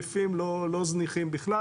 או מחפשות עובדים חדשים בהיקפים לא זניחים בכלל,